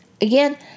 Again